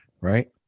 right